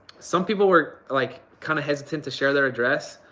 some people were like kind of hesitant to share their address.